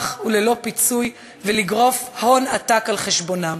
וללא פיצוי ולגרוף הון עתק על חשבונם.